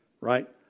right